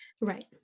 Right